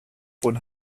von